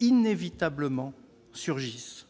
inévitablement, surgissent.